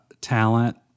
talent